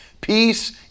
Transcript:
peace